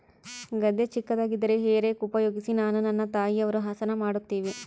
ಗದ್ದೆ ಚಿಕ್ಕದಾಗಿದ್ದರೆ hay rake ಉಪಯೋಗಿಸಿ ನಾನು ನನ್ನ ತಾಯಿಯವರು ಹಸನ ಮಾಡುತ್ತಿವಿ